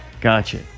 Gotcha